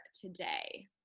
today